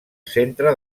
centre